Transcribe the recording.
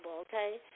okay